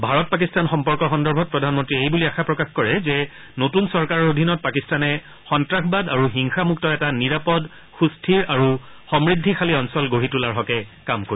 ভাৰত পাকিস্তান সম্পৰ্ক সন্দৰ্ভত প্ৰধানমন্ত্ৰীয়ে এই বুলি আশা প্ৰকাশ কৰে যে নতুন চৰকাৰৰ অধীনত পাকিস্তানে সন্তাসবাদ আৰু হিংসামুক্ত এটা নিৰাপদ সুস্থিৰ আৰু সমৃদ্ধিশালী অঞ্চল গঢ়ি তোলাৰ হকে কাম কৰিব